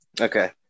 Okay